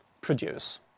produce